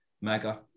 Mega